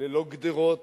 ללא גדרות,